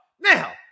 now